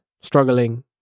struggling